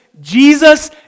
Jesus